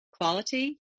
quality